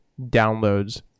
downloads